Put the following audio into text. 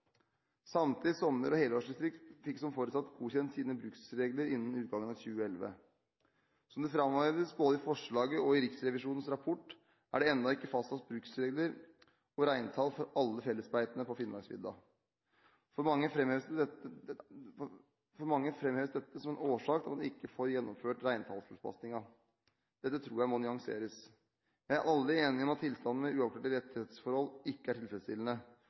Samtlige sommer- og helårsdistrikt fikk som forutsatt godkjent sine bruksregler innen utgangen av 2011. Som det framheves både i forslaget og i Riksrevisjonens rapport, er det ennå ikke fastsatt bruksregler og reintall for alle fellesbeitene på Finnmarksvidda. Av mange framheves dette som en årsak til at man ikke får gjennomført reintallstilpasningen. Dette tror jeg må nyanseres. Vi er alle enige om at tilstanden med uavklarte rettighetsforhold ikke er tilfredsstillende,